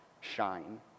shine